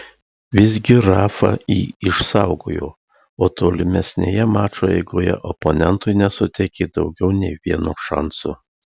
visgi rafa jį išsaugojo o tolimesnėje mačo eigoje oponentui nesuteikė daugiau nei vieno šanso